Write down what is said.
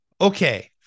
Okay